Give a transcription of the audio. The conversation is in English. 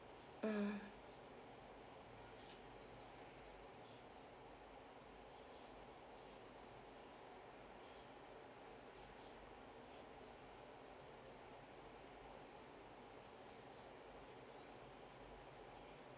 mm